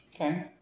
Okay